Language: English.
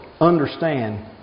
Understand